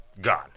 gone